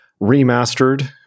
remastered